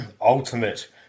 ultimate